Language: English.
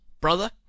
brother